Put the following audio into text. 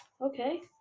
Okay